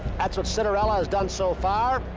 that's what citarella has done so far.